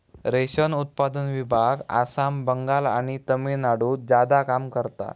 रेशम उत्पादन विभाग आसाम, बंगाल आणि तामिळनाडुत ज्यादा काम करता